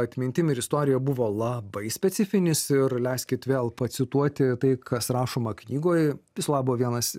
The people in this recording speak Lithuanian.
atmintim ir istorija buvo labai specifinis ir leiskit vėl pacituoti tai kas rašoma knygoj viso labo vienas